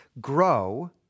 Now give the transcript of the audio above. grow